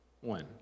One